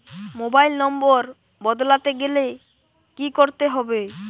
Mobile number বদলাতে গেলে কি করতে হবে?